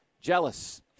jealous